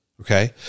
okay